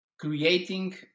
creating